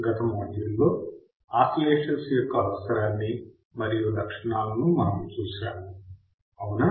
గత మాడ్యూల్లో ఆసిలేషన్స్ యొక్క అవసరాన్ని మరియు లక్షణాలను మనము చూశాము అవునా